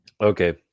Okay